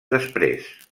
després